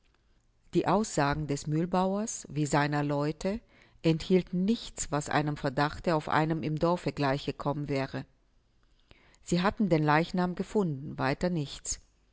die aussagen des mühlbauers wie seiner leute enthielten nichts was einem verdachte auf einen im dorfe gleich gekommen wäre sie hatten den leichnam gefunden weiter nichts